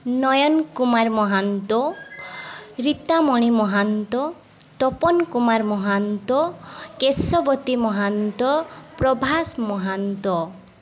Nayan Kumar Mohanta Ritamani Mohanta Tapan Kumar Mohanta Keshabati Mohanta Prabhas Mahanta